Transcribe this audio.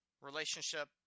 relationship